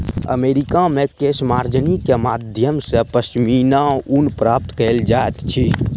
America मे केशमार्जनी के माध्यम सॅ पश्मीना ऊन प्राप्त कयल जाइत अछि